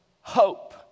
hope